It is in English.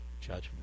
judgment